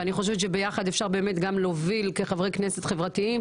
ואני חושבת שביחד אפשר באמת גם להוביל כחברי כנסת חברתיים,